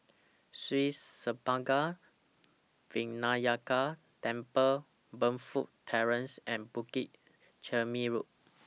Sri Senpaga Vinayagar Temple Burnfoot Terrace and Bukit Chermin Road